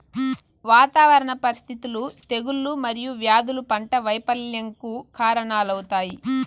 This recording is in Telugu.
వాతావరణ పరిస్థితులు, తెగుళ్ళు మరియు వ్యాధులు పంట వైపల్యంకు కారణాలవుతాయి